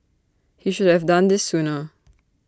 he should have done this sooner